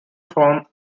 form